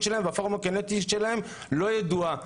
שלהם והפרמקוקינטית שלהם לא ידועה.